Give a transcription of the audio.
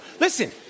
Listen